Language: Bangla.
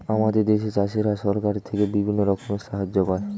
আমাদের দেশের চাষিরা সরকারের থেকে বিভিন্ন রকমের সাহায্য পায়